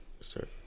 sir